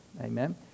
Amen